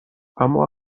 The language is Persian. اما